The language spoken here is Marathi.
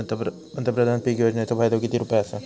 पंतप्रधान पीक योजनेचो फायदो किती रुपये आसा?